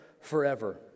forever